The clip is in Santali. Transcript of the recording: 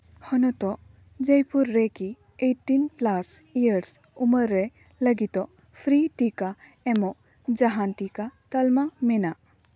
ᱦᱚᱱᱚᱛ ᱡᱚᱭᱯᱩᱨ ᱨᱮᱠᱤ ᱮᱭᱤᱴᱴᱤᱱ ᱯᱞᱟᱥ ᱤᱭᱟᱨᱥ ᱩᱢᱮᱨ ᱨᱮ ᱞᱟᱹᱜᱤᱫᱚ ᱯᱷᱨᱤ ᱴᱤᱠᱟ ᱮᱢᱚᱜ ᱡᱟᱦᱟᱱ ᱴᱤᱠᱟᱹ ᱛᱟᱞᱢᱟ ᱢᱮᱱᱟᱜᱼᱟ